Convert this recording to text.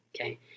Okay